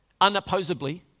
unopposably